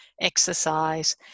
exercise